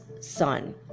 Son